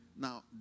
Now